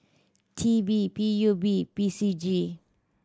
T P P U B P C G